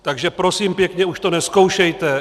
Takže prosím pěkně, už to nezkoušejte.